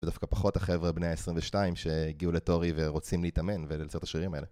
ודווקא פחות החבר'ה בני ה-22 שהגיעו לטורי ורוצים להתאמן וייצרת את השירים האלה.